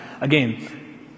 again